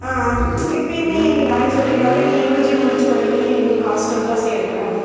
இப்பயுமே எங்கள் டாடி சொல்லிவிட்டாரு நீ யூஜி முடிச்சவுடனேயே நீ ஹாஸ்டல் தான் சேரணும்